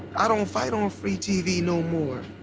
i don't fight on free tv no more.